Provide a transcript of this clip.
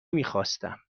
میخواستم